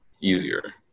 easier